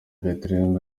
bethlehem